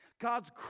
God's